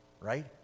Right